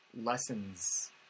lessons